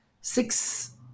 six